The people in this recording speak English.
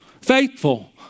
Faithful